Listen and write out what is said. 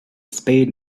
spade